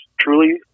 truly